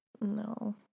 No